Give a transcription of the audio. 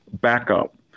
backup